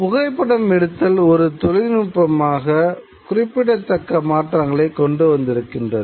புகைப்படம் எடுத்தல் ஒரு தொழில்நுட்பமாக குறிப்பிடதக்க மாற்றங்களைக் கொண்டு வந்த்திருக்கின்றது